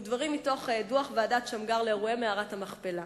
דוח ועדת-שמגר על אירועי מערת המכפלה.